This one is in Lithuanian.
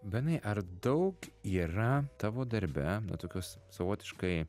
benai ar daug yra tavo darbe na tokios savotiškai